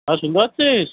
হ্যাঁ শুনতে পাচ্ছিস